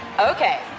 Okay